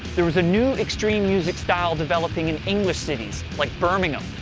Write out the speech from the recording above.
there was a new extreme music style developing in english cities, like birmingham,